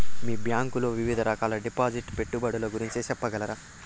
మీ bank లో వివిధ రకాల డిపాసిట్స్, పెట్టుబడుల గురించి సెప్పగలరా?